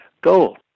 goal